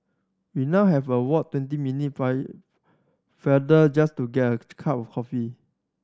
we now have a walk twenty minute farther just to get a cup of coffee